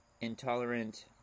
intolerant